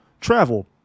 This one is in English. travel